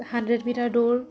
hundred metre দৌৰ